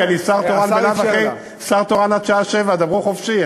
כי אני בלאו הכי שר תורן עד השעה 19:00. דברו חופשי,